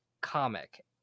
comic